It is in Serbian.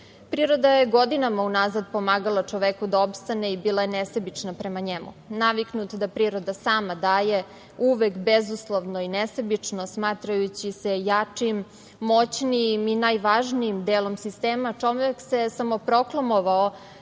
je godinama unazad pomagala čoveku da opstane i bila je nesebična prema njemu. Naviknut da priroda sama daje, uvek bezuslovno i nesebično, smatrajući se jačim, moćnijim i najvažnijim delom sistema, čovek se samoproklamovao